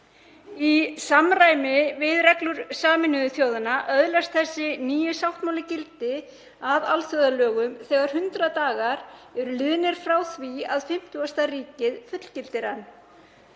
Í samræmi við reglur Sameinuðu þjóðanna öðlast þessi nýi sáttmáli gildi að alþjóðalögum þegar 100 dagar eru liðnir frá því að 50. ríkið fullgildir hann.